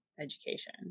education